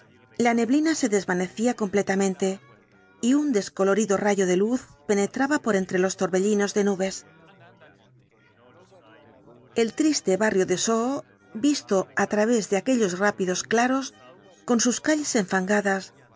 la neblina se desvanecía completamente y un descolorido rayo de luz penetraba por entre los torbellinos de nubes el triste barrio de soho visto á través de aquellos rápidos claros con sus calles enfangadas